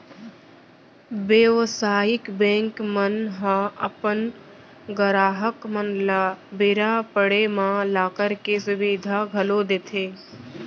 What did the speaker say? बेवसायिक बेंक मन ह अपन गराहक मन ल बेरा पड़े म लॉकर के सुबिधा घलौ देथे